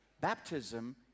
Baptism